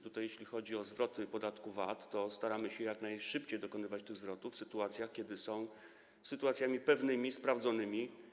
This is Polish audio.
Tutaj jeśli chodzi o zwroty podatku VAT, staramy się jak najszybciej dokonywać tych zwrotów w sytuacjach, które są sytuacjami pewnymi, sprawdzonymi.